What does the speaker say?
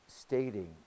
stating